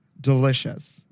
delicious